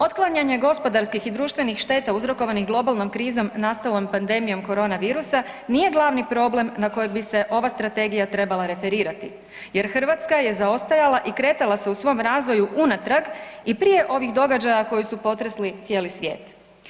Otklanjanje gospodarskih i društvenih šteta uzrokovanih globalnom krizom nastalom pandemijom korona virusa nije glavni problem na kojeg bi se ova strategija trebala referirati jer Hrvatska je zaostajala i kretala se u svom razvoju unatrag i prije ovih događaja koji su potresli cijeli svijet.